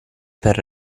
per